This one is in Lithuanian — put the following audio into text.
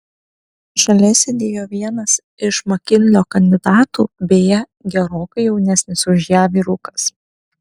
šalia sėdėjo vienas iš makinlio kandidatų beje gerokai jaunesnis už ją vyrukas